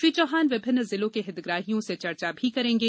श्री चौहान विभिन्न जिलों के हितग्राहियों से चर्चा भी करेंगे